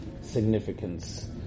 significance